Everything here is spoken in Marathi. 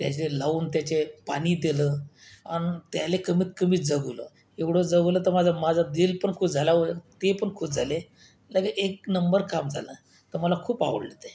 त्याचे लावून त्याचे पाणी दिलं आणि त्याला कमीतकमी जगवलं एवढं जगवलं तर माझा माझा दिल पण खूष झाला वळंन ते पण खूष झाले लगे एक नंबर काम झालं तर मला खूप आवडलं ते